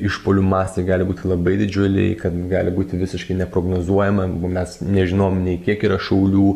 išpuolių mastai gali būti labai didžiuliai kad gali būti visiškai neprognozuojama mes nežinom nei kiek yra šaulių